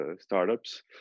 startups